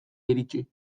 iritsi